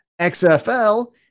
XFL